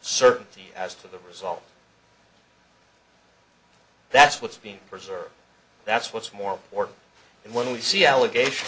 certainty as to the result that's what's been preserved that's what's more important when we see allegation